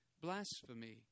blasphemy